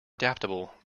adaptable